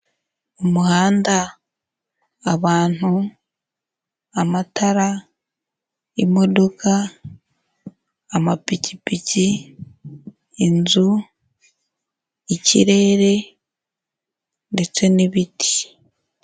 Umuhanda, abantu, amatara, imodoka, amapikipiki, inzu, ikirere ndetse n'ibiti.